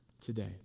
today